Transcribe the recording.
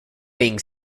being